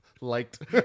Liked